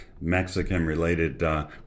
Mexican-related